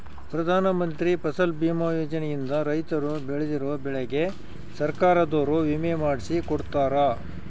ಪ್ರಧಾನ ಮಂತ್ರಿ ಫಸಲ್ ಬಿಮಾ ಯೋಜನೆ ಇಂದ ರೈತರು ಬೆಳ್ದಿರೋ ಬೆಳೆಗೆ ಸರ್ಕಾರದೊರು ವಿಮೆ ಮಾಡ್ಸಿ ಕೊಡ್ತಾರ